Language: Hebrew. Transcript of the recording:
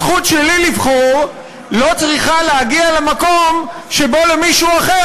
הזכות שלי לבחור לא צריכה להגיע למקום שבו למישהו אחר